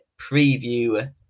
preview